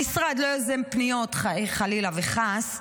המשרד לא יוזם פניות, חלילה וחס.